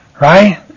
right